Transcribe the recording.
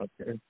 Okay